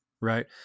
right